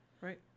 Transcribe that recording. Right